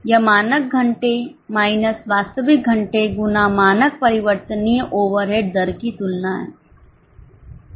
तो यह मानक घंटे माइनस वास्तविक घंटे गुना मानक परिवर्तनीय ओवरहेड दर की तुलना है